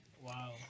Wow